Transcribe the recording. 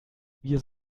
wir